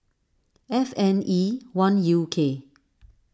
F N E one U K